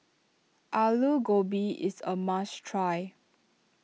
Aloo Gobi is a must try